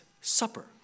Supper